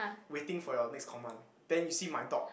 waiting for your next command then you see my dog